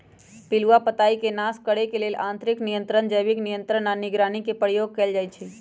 पिलुआ पताईके नाश करे लेल यांत्रिक नियंत्रण, जैविक नियंत्रण आऽ निगरानी के प्रयोग कएल जाइ छइ